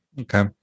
Okay